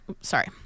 sorry